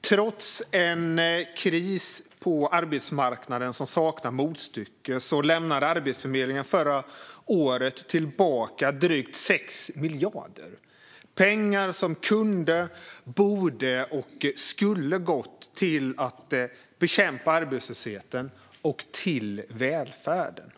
Trots en kris på arbetsmarknaden som saknar motstycke lämnade Arbetsförmedlingen förra året tillbaka drygt 6 miljarder kronor, pengar som kunde, borde och skulle ha gått till att bekämpa arbetslösheten och till välfärden.